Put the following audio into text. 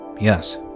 Yes